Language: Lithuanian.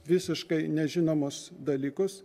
visiškai nežinomus dalykus